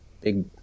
big